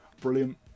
brilliant